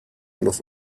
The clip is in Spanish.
los